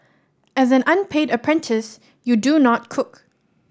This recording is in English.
as an unpaid apprentice you do not cook